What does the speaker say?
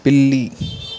పిల్లి